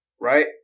right